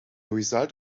result